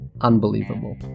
unbelievable